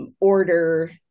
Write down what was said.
order